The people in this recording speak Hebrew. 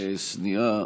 שנייה,